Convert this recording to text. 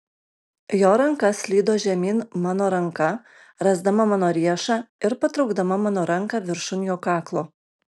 jo ranka slydo žemyn mano ranką rasdama mano riešą ir patraukdama mano ranką viršun jo kaklo